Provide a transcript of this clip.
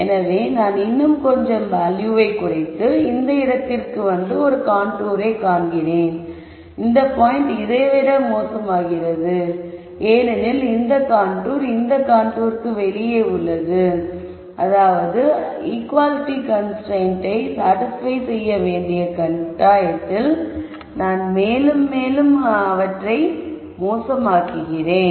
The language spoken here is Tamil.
எனவே நான் இன்னும் கொஞ்சம் வேல்யூவை குறைத்து இந்த இடத்திற்கு வந்து ஒரு கான்டூரை காண்கிறேன் இந்த பாயிண்ட் இதை விட மோசமானது ஏனெனில் இந்த கான்டூர் இந்த கான்டூர்க்கு வெளியே உள்ளது அதாவது ஈக்குவாலிட்டி கன்ஸ்ரைன்ட்டை சாடிஸ்பய் செய்ய வேண்டிய கட்டாயத்தில் நான் மேலும் மேலும் அவற்றை மோசமாக்குகிறேன்